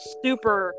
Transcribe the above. super